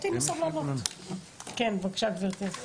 בבקשה.